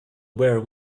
wear